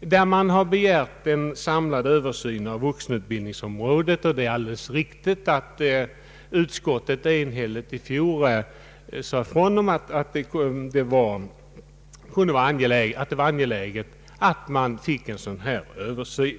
i vilken begärs en samlad översyn av vuxenutbildningsområdet. Det är alldeles riktigt att utskottet i fjol enhälligt sade ifrån att det var angeläget med en översyn.